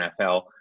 NFL